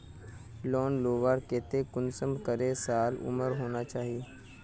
Loan लुबार केते कुंसम करे साल उमर होना चही?